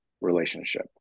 relationship